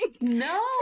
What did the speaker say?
No